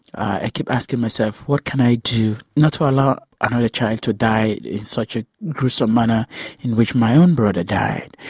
i kept asking myself, what can i do not to allow another child to die in such a gruesome manner in which my own brother died,